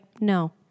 no